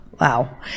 wow